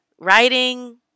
Writing